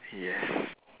yes